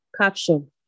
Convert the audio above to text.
Caption